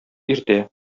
иртә